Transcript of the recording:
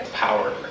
Power